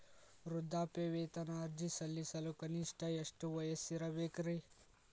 ವೃದ್ಧಾಪ್ಯವೇತನ ಅರ್ಜಿ ಸಲ್ಲಿಸಲು ಕನಿಷ್ಟ ಎಷ್ಟು ವಯಸ್ಸಿರಬೇಕ್ರಿ?